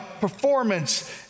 performance